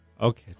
Okay